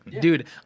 dude